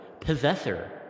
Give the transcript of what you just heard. Possessor